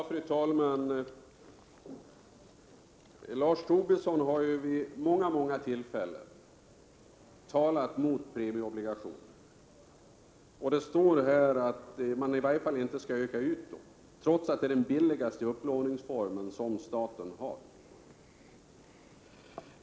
Fru talman! Lars Tobisson har vid många många tillfällen talat mot premieobligationer, och det står här att man i varje fall inte skall öka ut volymen, trots att det är den billigaste upplåningsform som staten har.